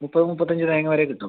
മുപ്പത് മുപ്പത്തഞ്ച് തേങ്ങ വരെ കിട്ടും